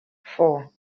four